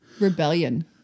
rebellion